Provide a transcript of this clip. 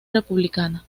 republicana